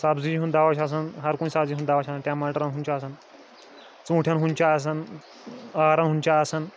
سبزی ہُنٛد دَوا چھُ آسان ہر کُنہِ سبزی ہُنٛد دَوا چھُ آسان ٹماٹرَن ہُنٛد چھُ آسان ژوٗنٹھٮ۪ن ہُنٛد چھُ آسان ٲرَن ہُنٛد چھُ آسان